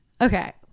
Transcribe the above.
okay